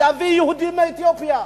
להביא יהודים מאתיופיה.